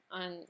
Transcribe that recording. on